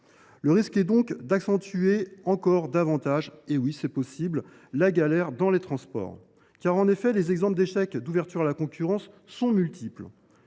Le risque est donc d’accentuer encore davantage – oui, c’est possible !– la galère dans les transports. En effet, les exemples d’échecs d’une ouverture à la concurrence sont multiples.